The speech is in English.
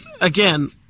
again